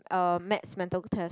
um maths mental test